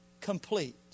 complete